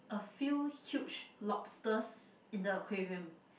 a few huge lobsters in the aquarium